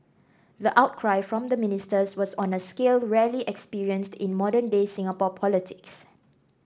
the outcry from the ministers was on a scale rarely experienced in modern day Singapore politics